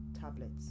tablets